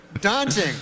daunting